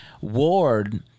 Ward